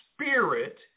spirit